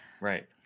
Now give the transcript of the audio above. Right